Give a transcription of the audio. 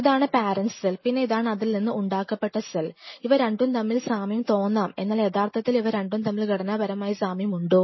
ഇതാണ് parent cell പിന്നെ ഇതാണ് അതിൽനിന്ന് ഉണ്ടാക്കപ്പെട്ട സെൽ ഇവ രണ്ടും തമ്മിൽ സാമ്യം തോന്നാം എന്നാൽ യഥാർത്ഥത്തിൽ ഇവ തമ്മിൽ ഘടനാപരമായ സാമ്യമുണ്ടോ